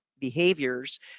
behaviors